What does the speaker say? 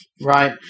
Right